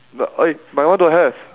the !oi! my one don't have